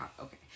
Okay